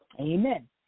amen